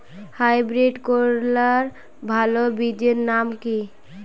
Hybrid করলার ভালো বীজের নাম কি?